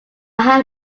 had